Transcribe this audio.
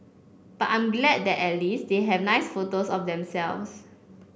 but I'm glad that at least they have nice photos of themselves